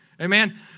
amen